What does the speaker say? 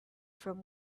from